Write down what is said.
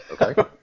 okay